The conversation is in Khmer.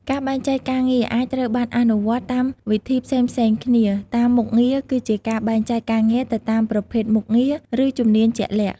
ការបែងចែកការងារអាចត្រូវបានអនុវត្តតាមវិធីផ្សេងៗគ្នា តាមមុខងារ គឺជាការបែងចែកការងារទៅតាមប្រភេទមុខងារ ឬជំនាញជាក់លាក់។